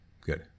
Good